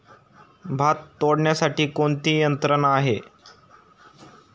भात तोडण्यासाठी कोणती यंत्रणा आहेत का?